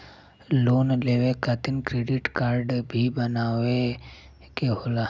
Loan लेवे खातिर credit काडे भी बनवावे के होला?